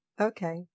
okay